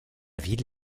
ville